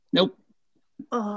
Nope